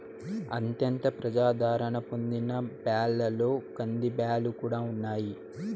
అత్యంత ప్రజాధారణ పొందిన బ్యాళ్ళలో కందిబ్యాల్లు కూడా ఉన్నాయి